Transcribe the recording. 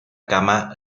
cama